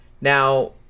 Now